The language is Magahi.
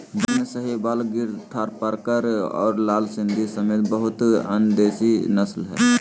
भारत में साहीवाल, गिर थारपारकर और लाल सिंधी समेत बहुते अन्य देसी नस्ल हइ